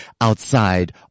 outside